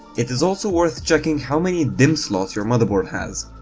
it is also worth checking how many dimm slots your motherboard has.